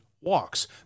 walks